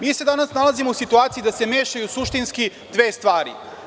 Mi se danas nalazimo u situaciji da se mešaju suštinski dve stvari.